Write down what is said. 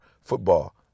football